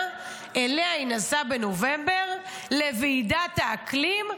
שאליה היא נסעה בנובמבר לוועידת האקלים,